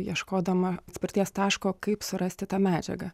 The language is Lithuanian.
ieškodama atspirties taško kaip surasti tą medžiagą